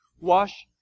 wash